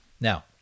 Now